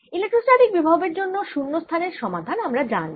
electrostatic বিভবের জন্য শূন্য স্থানের সমাধান আমরা জানি